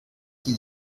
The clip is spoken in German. die